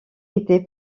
été